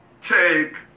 take